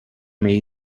may